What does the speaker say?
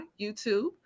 youtube